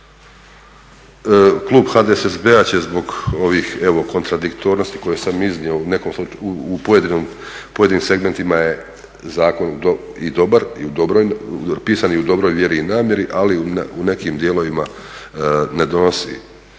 Klub HDSSB-a će zbog ovih evo kontradiktornosti koje sam iznio. U pojedinim segmentima je zakon i dobar i pisani i u dobroj vjeri i namjeri, ali u nekim dijelovima ne donosi